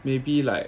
maybe like